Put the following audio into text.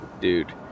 dude